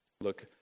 Look